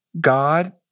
god